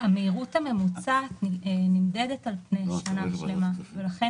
המהירות הממוצעת נמדדת על פני שנה שלמה ולכן